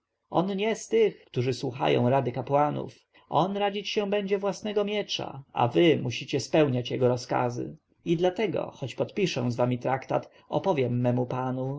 on nie z tych którzy słuchają rady kapłanów on radzić się będzie własnego miecza a wy musicie spełniać jego rozkazy i dlatego choć podpiszę z wami traktat opowiem memu panu